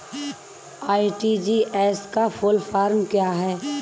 RTGS का full form क्या है?